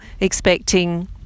expecting